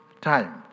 time